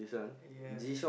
ya